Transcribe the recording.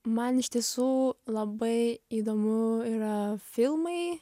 man iš tiesų labai įdomu yra filmai